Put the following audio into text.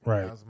Right